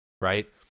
right